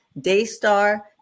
Daystar